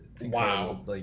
wow